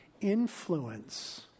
influence